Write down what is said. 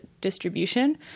distribution